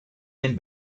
him